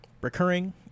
recurring